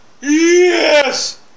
Yes